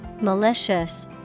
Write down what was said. malicious